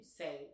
say